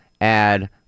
add